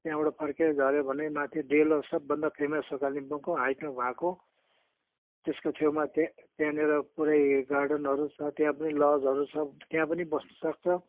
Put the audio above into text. त्यहाँबाट फर्केर झर्यो भने माथि डेलो सबभन्दा फेमस हो कालिम्पोङको हाइटमा भएको त्यसको छेउमा त्यहाँ त्यहाँनिर पुरै गार्डनहरू छ त्यहाँ पनि लजहरू छ त्यहाँ पनि बस्नसक्छ